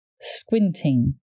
squinting